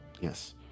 Yes